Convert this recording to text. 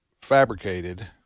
fabricated